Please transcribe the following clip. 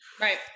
right